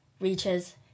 Reaches